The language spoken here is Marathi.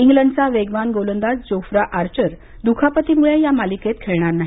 इंग्लंडचा वेगवान गोलंदाज जोफ्रा आर्चर द्खापतीमुळे या मालिकेमध्ये खेळणार नाही